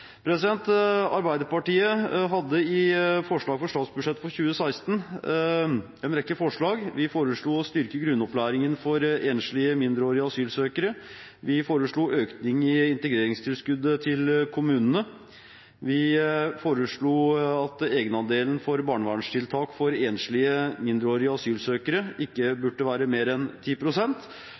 Arbeiderpartiet hadde i forslaget til statsbudsjett for 2016 en rekke forslag. Vi foreslo å styrke grunnopplæringen for enslige mindreårige asylsøkere, vi foreslo økning i integreringstilskuddet til kommunene, vi foreslo at egenandelen for barnevernstiltak for enslige mindreårige asylsøkere ikke burde være mer enn